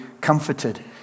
comforted